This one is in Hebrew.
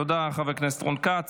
תודה, חבר הכנסת רון כץ.